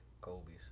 Kobe's